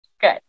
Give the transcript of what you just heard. good